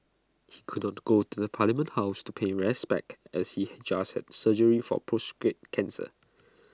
he could not go to the parliament house to pay respects as he just had surgery for prostate cancer